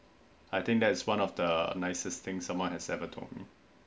i think that is one of the nicest things someone has ever told me